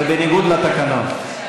זה בניגוד לתקנון.